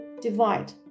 divide